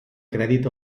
crèdit